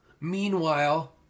Meanwhile